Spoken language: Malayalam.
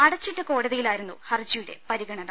അടച്ചിട്ട കോടതിയിലായിരുന്നു ഹർജിയുടെ പരിഗണന